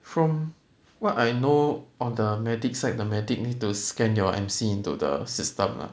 from what I know on the medic side the medic need to scan your M_C into the system lah